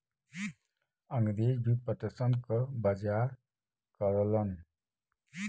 अंगरेज भी पटसन क बजार करलन